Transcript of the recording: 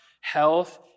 health